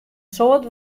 soad